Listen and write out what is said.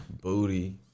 booty